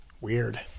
weird